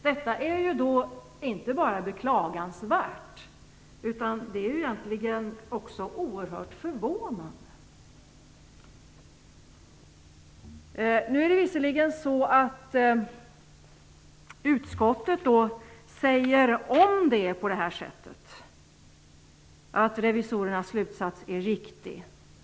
Detta är inte bara beklagansvärt utan egentligen också oerhört förvånande. Visserligen säger utskottet att det är beklagligt om det är så att revisorernas slutsats är riktig.